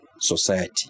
society